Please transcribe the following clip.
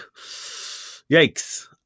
yikes